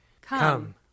Come